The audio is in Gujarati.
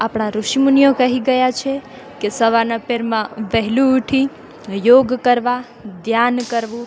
આપણા ઋષિ મુનિઓ કહી ગયા છે કે સવારનાં પહોરમાં વહેલું ઉઠી યોગ કરવા ધ્યાન કરવું